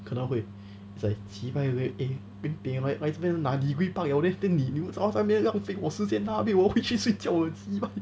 可能会 like cheebye eh lim peh 来这边拿 degree 罢了 leh then 你留那边浪费我时间 nabei 我回去睡觉 cheebye